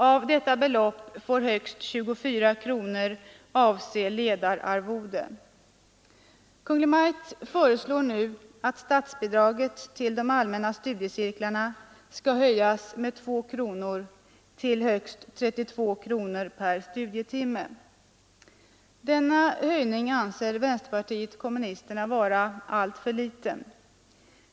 Av detta belopp får högst 24 kronor avse ledararvode. Kungl. Maj:t föreslår nu att statsbidraget till de allmänna studiecirklarna skall höjas med 2 kronor till högst 32 kronor per studietimme. Denna höjning anser vänsterpartiet kommunisterna vara alltför liten.